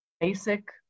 basic